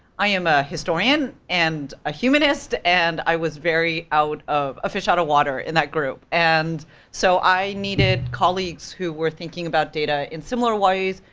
i am a historian, and a humanist, and i was very out of, a fish out of water in that group. and so i needed colleagues who were thinking about data in similar ways,